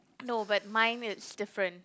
no but mine is different